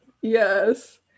yes